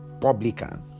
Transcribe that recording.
publican